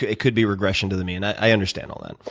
it could be regression to the mean. i understand all that.